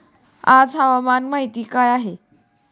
आज हवामान माहिती काय आहे?